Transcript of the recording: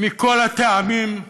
מכל הטעמים,